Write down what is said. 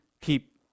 keep